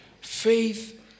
faith